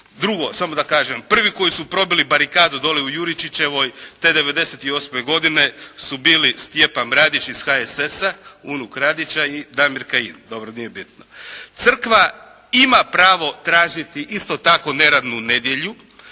Drugo, samo da kažem, prvi koji su probili barikadu dole u Jurišićevoj te '98. godine su bili Stjepan Radić iz HSS-a, unuk Radića i Damir Kajin. Dobro nije bitno. Crkva ima pravo tražiti isto tako neradnu nedjelju,